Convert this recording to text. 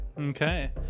Okay